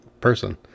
person